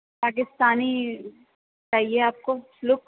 پاکستانی چاہیے آپ کو لک